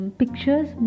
pictures